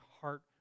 heart